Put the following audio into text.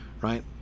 right